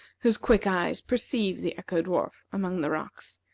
whose quick eyes perceived the echo-dwarf among the rocks.